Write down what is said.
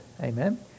Amen